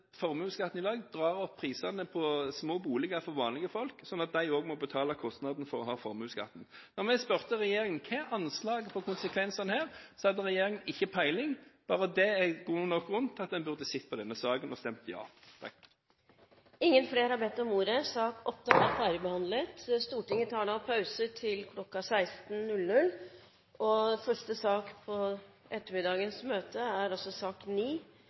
de også må betale kostnaden for å ha formuesskatten. Da vi spurte regjeringen om hva anslaget for konsekvensene er, hadde regjeringen ikke peiling. Bare det er god nok grunn til at en burde sett på denne saken og stemt ja. Flere har ikke bedt om ordet til sak nr. 8. Stortinget tar da pause til kl. 16. Første sak på ettermiddagens møte er sak